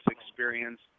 experience